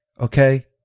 okay